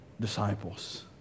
disciples